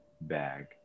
bag